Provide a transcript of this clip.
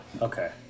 Okay